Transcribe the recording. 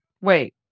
Wait